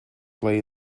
play